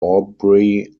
aubrey